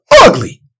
ugly